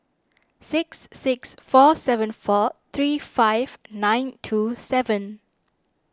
six six four seven four three five nine two seven